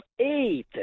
eight